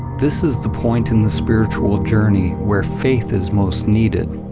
this is the point in the spiritual journey where faith is most needed.